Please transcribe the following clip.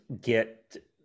get